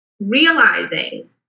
realizing